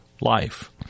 life